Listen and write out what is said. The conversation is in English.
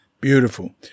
beautiful